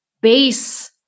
base